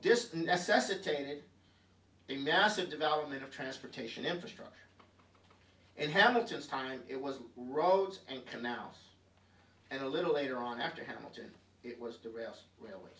tainted a massive development of transportation infrastructure and hamilton's time it was roads and canals and a little later on after hamilton it was the r